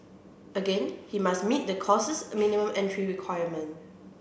again he must meet the course's minimum entry requirement